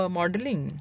modeling